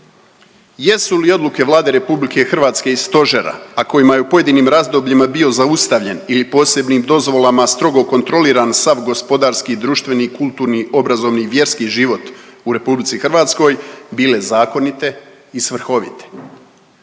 Jesu li odluke Vlade RH i Stožera, a kojima je u pojedinim razdobljima bio zaustavljen ili posebnim dozvolama strogo kontroliran sav gospodarski, društveni, kulturni, obrazovni i vjerski život u RH, bile zakonite i svrhovite?